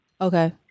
okay